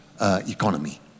economy